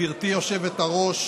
גברתי היושבת-ראש,